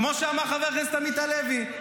כמו שאמר חבר הכנסת עמית הלוי,